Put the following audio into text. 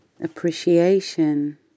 appreciation